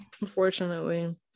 Unfortunately